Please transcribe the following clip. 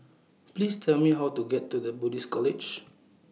Please Tell Me How to get to The Buddhist College